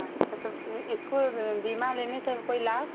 अच्छा तो इसको बीमा लेने से कोई लाभ